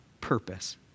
purpose